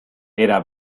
era